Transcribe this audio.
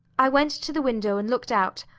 i went to the window and looked out,